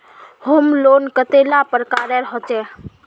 Home loan कतेला प्रकारेर होचे?